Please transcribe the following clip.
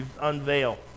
unveil